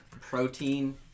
Protein